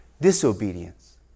disobedience